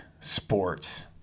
Sports